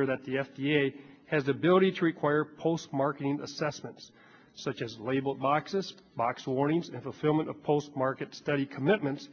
ensure that the f d a has the ability to require postmarking assessments such as label boxes box warnings in fulfillment of post market study commitments